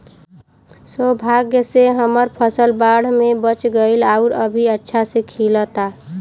सौभाग्य से हमर फसल बाढ़ में बच गइल आउर अभी अच्छा से खिलता